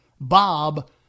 bob